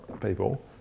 people